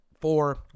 four